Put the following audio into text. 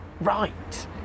right